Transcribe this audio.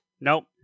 Nope